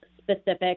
specific